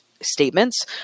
statements